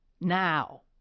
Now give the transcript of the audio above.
now